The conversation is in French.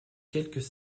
quelques